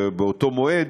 באותו מועד,